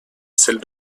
celle